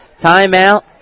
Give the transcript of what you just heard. Timeout